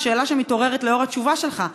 זאת שאלה שמתעוררת לאור התשובה שלך,